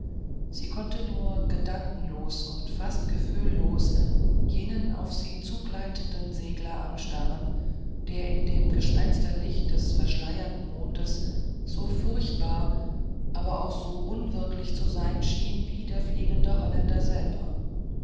sie konnte nur gedankenlos und fast gefühllos jenen auf sie zugleitenden segler anstarren der in dem gespensterlicht des verschleierten mondes so furchtbar aber auch so unwirklich zu sein schien wie der fliegende holländer selber